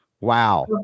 Wow